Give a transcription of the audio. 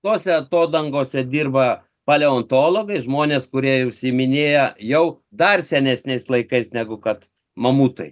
tose atodangose dirba paleontologai žmonės kurie užsiiminėja jau dar senesniais laikais negu kad mamutai